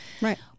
right